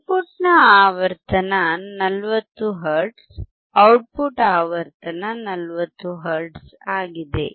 ಇನ್ಪುಟ್ನ ಆವರ್ತನ 40 hertz output ಆವರ್ತನ 40 hertz ಆಗಿದೆ